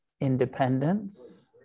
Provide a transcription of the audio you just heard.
independence